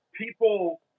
people